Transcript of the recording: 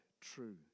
true